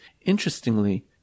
Interestingly